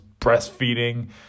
breastfeeding